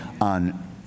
on